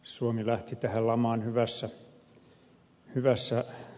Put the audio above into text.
suomi lähti tähän lamaan hyvässä kulmassa